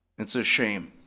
it's a shame.